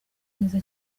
neza